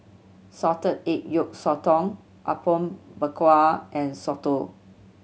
salted egg yolk sotong Apom Berkuah and soto